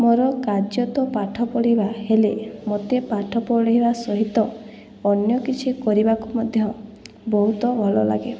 ମୋର କାର୍ଯ୍ୟ ତ ପାଠପଢ଼ିବା ହେଲେ ମୋତେ ପାଠପଢ଼ିବା ସହିତ ଅନ୍ୟ କିଛି କରିବାକୁ ମଧ୍ୟ ବହୁତ ଭଲ ଲାଗେ